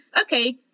okay